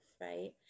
right